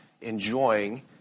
enjoying